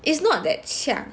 it's not that 呛